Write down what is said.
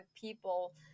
people